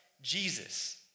Jesus